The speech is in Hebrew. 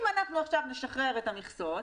אם אנחנו עכשיו נשחרר את המכסות,